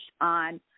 on